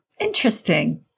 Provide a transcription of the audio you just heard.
Interesting